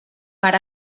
per